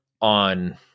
on